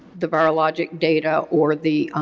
the viralogic data or the